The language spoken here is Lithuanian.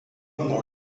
nuo